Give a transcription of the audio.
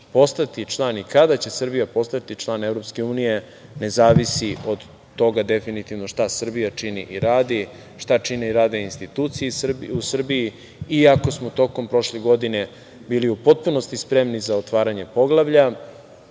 postati član i kada će Srbija postati član EU ne zavisi od toga definitivno šta Srbija čini i radi, šta čine i rade institucije u Srbiji. Iako smo tokom prošle godine bili u potpunosti spremni za otvaranje poglavlja,